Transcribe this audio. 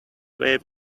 wave